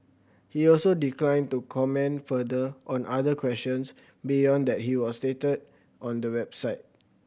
he also declined to comment further on other questions beyond that he was stated on the website